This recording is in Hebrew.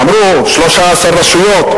ואמרו: 13 רשויות,